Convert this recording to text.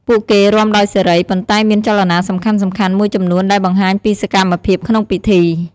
ពួកគេរាំដោយសេរី ប៉ុន្តែមានចលនាសំខាន់ៗមួយចំនួនដែលបង្ហាញពីសកម្មភាពក្នុងពិធី។